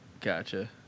Gotcha